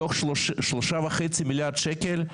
מתוך 3.5 מיליארד שקלים,